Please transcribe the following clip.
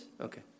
Okay